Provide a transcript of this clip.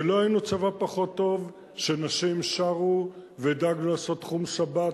ולא היינו צבא פחות טוב כשנשים שרו ודאגנו לעשות תחום שבת,